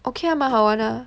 okay ah 蛮好玩啊